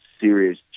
serious